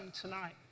tonight